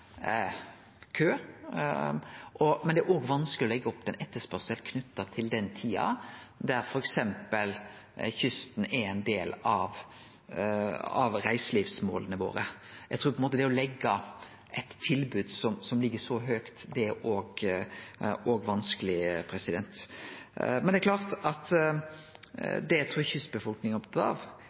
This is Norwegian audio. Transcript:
kø. Men det er vanskeleg å legge det opp etter ein etterspurnad knytt til den tida der f.eks. kysten er ein del av reiselivsmåla våre. Eg trur på ein måte at det å legge opp til eit tilbod som ligg så høgt, er vanskeleg. Det eg trur kystbefolkninga er